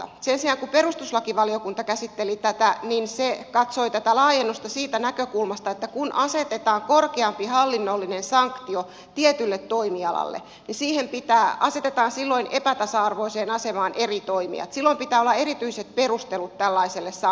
sen sijaan kun perustuslakivaliokunta käsitteli tätä se katsoi tätä laajennusta siitä näkökulmasta että kun asetetaan korkeampi hallinnollinen sanktio tietylle toimialalle niin eri toimijat asetetaan epätasa arvoiseen asemaan ja silloin pitää olla erityiset perustelut tällaiselle sanktiolle